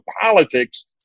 politics